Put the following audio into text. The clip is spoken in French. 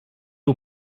aux